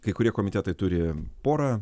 kai kurie komitetai turi porą